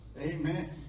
Amen